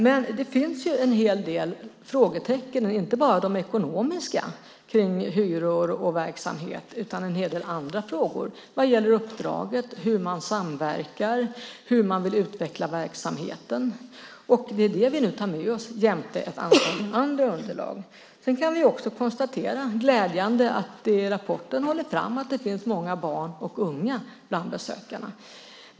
Men det finns en hel del frågetecken - inte bara de ekonomiska kring hyror och verksamhet. Det gäller även en hel del andra frågor vad gäller uppdraget, hur man samverkar och hur man vill utveckla verksamheten. Det är det vi nu tar med oss jämte ett antal andra underlag. Vi kan också konstatera att det är glädjande att det i rapporten hålls fram att det finns många barn och unga bland besökarna.